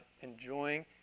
enjoying